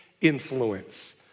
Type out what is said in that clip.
influence